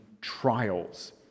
trials